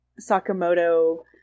Sakamoto